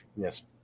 Yes